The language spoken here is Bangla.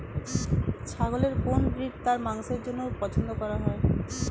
ছাগলের কোন ব্রিড তার মাংসের জন্য পছন্দ করা হয়?